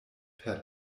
per